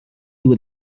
you